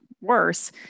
worse